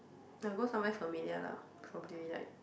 I'll go somewhere familiar lah probably like